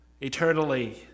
eternally